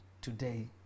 today